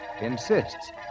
insists